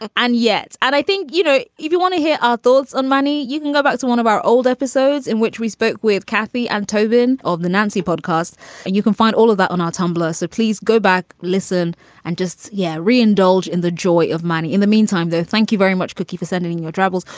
and and yes. and i think you know if you want to hear our thoughts on money you can go back to one of our old episodes in which we spoke with kathy and tobin of the nancy podcast and you can find all of that on our tumblr so please go back. listen i'm just yeah re indulge in the joy of money in the meantime though. thank you very much cookie for sending your troubles.